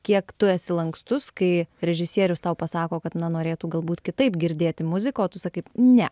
kiek tu esi lankstus kai režisierius tau pasako kad na norėtų galbūt kitaip girdėti muziką o tu sakai ne